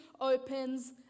opens